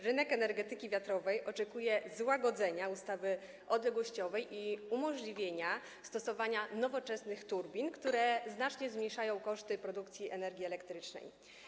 Rynek energetyki wiatrowej oczekuje złagodzenia ustawy odległościowej i umożliwienia stosowania nowoczesnych turbin, które znacznie zmniejszają koszty produkcji energii elektrycznej.